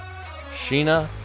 Sheena